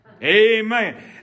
amen